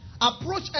Approach